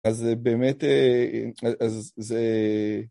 אז זה באמת, אז זה...